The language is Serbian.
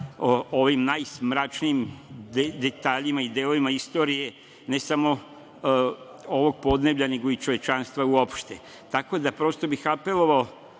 ovim najmračnijim detaljima i delovima istorije, ne samo ovog podneblja, nego i čovečanstva uopšte. Prosto bih apelovao